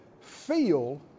feel